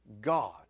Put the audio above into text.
God